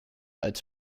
als